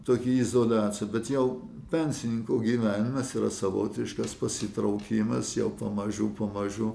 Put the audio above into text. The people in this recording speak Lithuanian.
tokia izoliacija bet jau pensininko gyvenimas yra savotiškas pasitraukimas jau pamažu pamažu